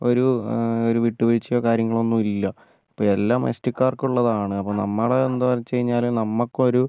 ഒരു ഒരു വിട്ടുവീഴ്ച്ചയോ കാര്യങ്ങളോ ഒന്നും ഇല്ല അപ്പം എല്ലാം എസ് ടിക്കാർക്കുള്ളതാണ് അപ്പം നമ്മൾ എന്താണെന്ന് വെച്ചുകഴിഞ്ഞാൽ നമുക്ക് ഒരു